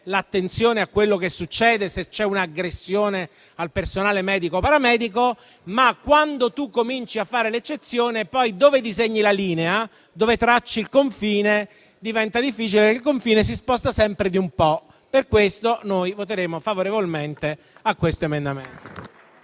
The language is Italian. l'attenzione a quello che succede, se c'è un'aggressione al personale medico o paramedico. Ma, quando cominci a fare l'eccezione, poi dove disegni la linea, dove tracci il confine diventa difficile e il confine si sposta sempre di un po'. Per questo noi voteremo favorevolmente a questo emendamento.